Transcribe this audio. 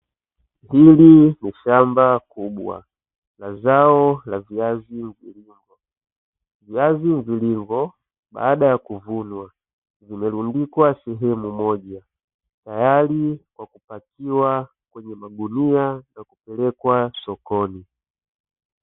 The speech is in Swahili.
Hili ni shamba kubwa la zao la viazi mviringo, viazi mviringo baada ya kuvunwa vimerundikwa sehemu moja tayari kwa kupakiwa kwenye magunia na kupelekwa sokoni.